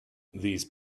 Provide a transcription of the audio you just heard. these